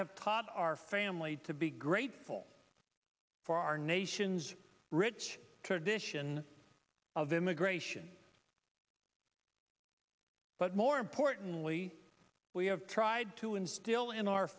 have taught our family to be grateful for our nation's rich tradition of immigration but more importantly we have tried to instill in our